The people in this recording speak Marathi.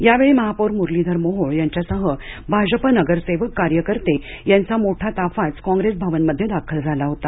यावेळी महापौर म्रलीधर मोहोळ यांच्यासह भाजप नगरसेवक कार्यकर्ते यांचा मोठा ताफाच काँग्रेस भवनामध्ये दाखल झाला होता